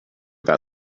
that